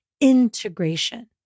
integration